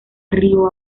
río